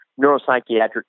neuropsychiatric